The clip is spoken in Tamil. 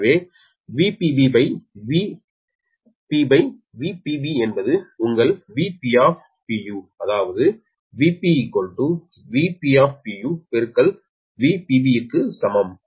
எனவே VpVpB என்பது உங்கள் 𝑽𝒑 𝒑u அதாவது Vp 𝑽𝒑𝒑uVpB ற்கு சமம்